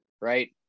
right